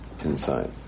inside